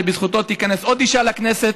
ובזכותו תיכנס עוד אישה לכנסת.